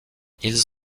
ils